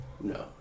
no